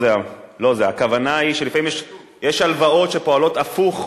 הכוונה היא שלפעמים יש הלוואות שפועלות הפוך.